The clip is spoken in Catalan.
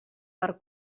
per